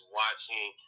watching